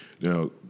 Now